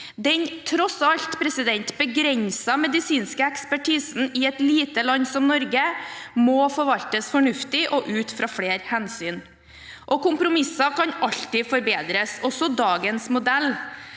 Den tross alt begrensede medisinske ekspertisen i et lite land som Norge må forvaltes fornuftig og ut fra flere hensyn. Kompromisser kan alltid forbedres – også dagens modell.